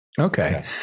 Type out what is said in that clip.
Okay